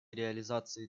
реализации